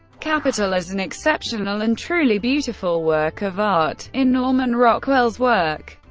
capitol as an exceptional and truly beautiful work of art in norman rockwell's work,